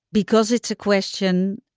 because it's a question,